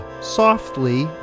Softly